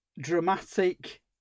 dramatic